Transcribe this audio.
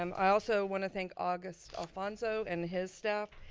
um i also wanna thank august alfonso and his staff.